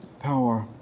power